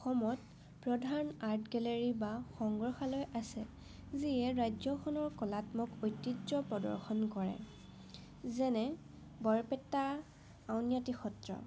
অসমত প্ৰধান art gallery বা সংগ্ৰহালয় আছে যিয়ে ৰাজ্যখনৰ কলাত্মক ঐতিহ্য প্ৰদৰ্শন কৰে যেনে বৰপেটা আউনিআটী সত্ৰ